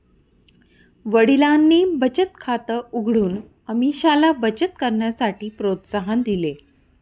वडिलांनी बचत खात उघडून अमीषाला बचत करण्यासाठी प्रोत्साहन दिले